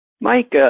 Mike